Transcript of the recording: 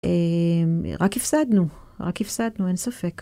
רק הפסדנו, רק הפסדנו, אין ספק.